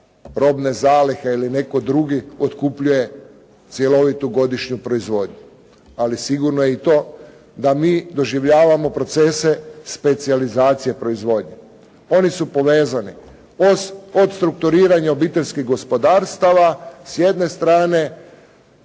probne zalihe ili netko drugi otkupljuje cjelovitu godišnju proizvodnju. Ali sigurno je i to da mi doživljavamo procese specijalizacije proizvodnje. Oni su povezani, od strukturiranja obiteljskih gospodarstava s jedne strane,